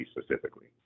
specifically